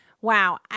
Wow